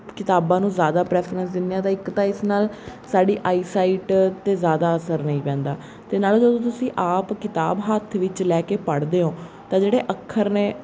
ਕਿਤਾਬਾਂ ਨੂੰ ਜ਼ਿਆਦਾ ਪ੍ਰੈਫਰੈਂਸ ਦਿੰਦੇ ਹਾਂ ਤਾਂ ਇੱਕ ਤਾਂ ਇਸ ਨਾਲ ਸਾਡੀ ਆਈ ਸਾਈਟ 'ਤੇ ਜ਼ਿਆਦਾ ਅਸਰ ਨਹੀਂ ਪੈਂਦਾ ਅਤੇ ਨਾਲੇ ਜਦੋਂ ਤੁਸੀਂ ਆਪ ਕਿਤਾਬ ਹੱਥ ਵਿੱਚ ਲੈ ਕੇ ਪੜ੍ਹਦੇ ਹੋ ਤਾਂ ਜਿਹੜੇ ਅੱਖਰ ਨੇ